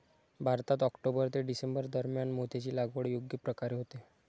भारतात ऑक्टोबर ते डिसेंबर दरम्यान मोत्याची लागवड योग्य प्रकारे होते